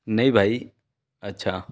नहीं भाई अच्छा